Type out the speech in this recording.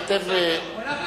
הוא לא יכול להחליף שר.